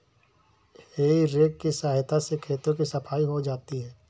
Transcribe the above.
हेइ रेक की सहायता से खेतों की सफाई हो जाती है